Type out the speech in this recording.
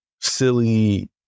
silly